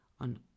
on